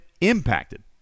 impacted